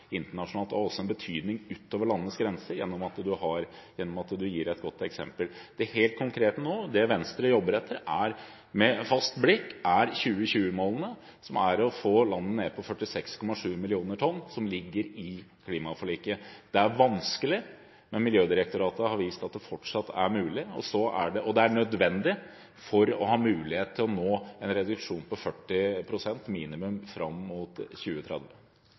internasjonalt. Det har også en betydning utover landets grenser gjennom at man er et godt eksempel. Det Venstre helt konkret jobber etter nå, med fast blikk, er 2020-målene, som er å få landet ned på 46,7 mill. tonn, som ligger i klimaforliket. Det er vanskelig, men Miljødirektoratet har vist at det fortsatt er mulig. Det er også nødvendig for å ha mulighet til å nå en reduksjon på minimum 40 pst. fram mot 2030.